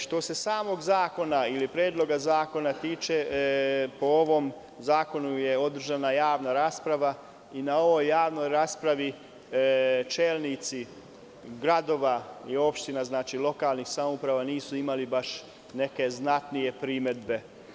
Što se samog zakona ili Predloga zakona tiče, o ovom zakonu je održana javna rasprava i na ovoj javnoj raspravi čelnici gradova i opština, lokalnih samouprava nisu imali neke znatnije primedbe.